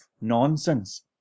nonsense